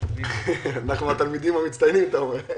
אנחנו התלמידים המצטיינים, אתה אומר.